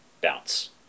bounce